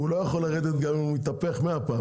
הוא לא יכול לרדת גם אם הוא יתהפך 100 פעם.